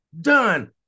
done